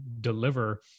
deliver